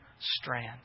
strand